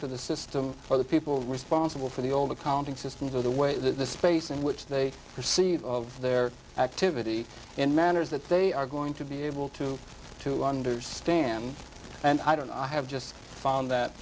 to the system for the people responsible for the old accounting system for the way that the space in which they perceive of their activity and manners that they are going to be able to to understand and i don't i have just found that